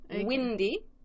Windy